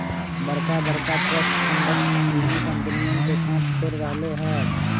बड़का बड़का trust funds चीनी कंपनियन के साथ छोड़ रहले है